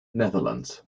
netherlands